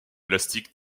élastique